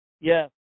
yes